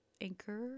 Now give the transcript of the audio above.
anchor